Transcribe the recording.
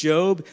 Job